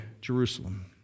Jerusalem